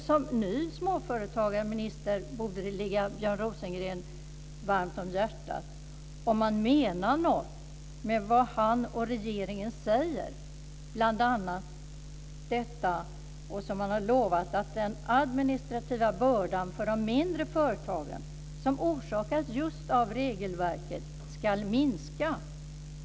Som ny småföretagarminister borde det ligga Björn Rosengren varmt om hjärtat om han menar något med vad han och regeringen säger, bl.a. detta som han har lovat att den administrativa bördan för de mindre företagen, som orsakats just av regelverket, ska minska.